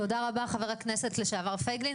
תודה רבה, חבר הכנסת לשעבר משה פייגלין.